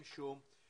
אין שום בעיה.